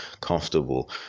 comfortable